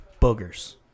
boogers